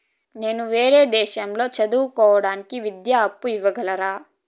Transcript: నేను వేరే దేశాల్లో చదువు కోవడానికి విద్యా అప్పు ఇవ్వగలరా?